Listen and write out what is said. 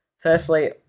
Firstly